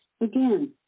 Again